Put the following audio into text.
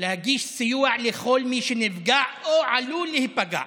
תגיש סיוע לכל מי שנפגע או עלול להיפגע,